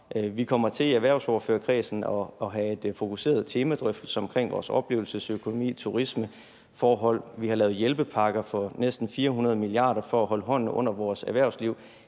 Vi kommer til i erhvervsordførerkredsen at have en fokuseret temadrøftelse om vores oplevelsesøkonomi, turismeforhold. Vi har lavet hjælpepakker for næsten 400 mia. kr. for at holde hånden under vores erhvervsliv,